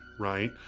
right,